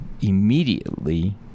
immediately